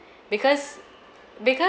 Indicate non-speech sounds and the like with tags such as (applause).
(breath) because because